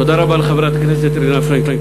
תודה רבה לחברת הכנסת רינה פרנקל.